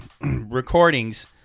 recordings